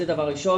זה דבר ראשון.